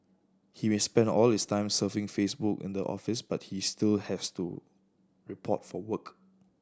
he may spend all his time surfing Facebook in the office but he still has to report for work